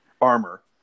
armor